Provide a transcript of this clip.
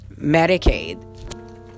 Medicaid